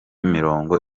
mirongo